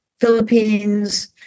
Philippines